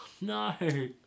No